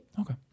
Okay